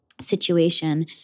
situation